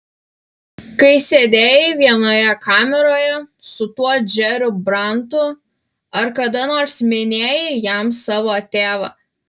kai sėdėjai vienoje kameroje su tuo džeriu brantu ar kada nors minėjai jam savo tėvą